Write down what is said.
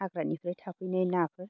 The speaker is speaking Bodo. हाग्रानिफ्राय थाफैनाय नाफोर